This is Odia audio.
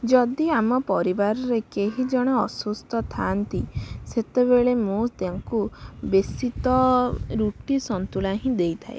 ଯଦି ଆମ ପରିବାରରେ କେହି ଜଣେ ଅସୁସ୍ଥ ଥାଆନ୍ତି ସେତେବେଳେ ମୁଁ ତାଙ୍କୁ ବେଶି ତ ରୁଟି ସନ୍ତୁଳା ହିଁ ଦେଇଥାଏ